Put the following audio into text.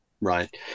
right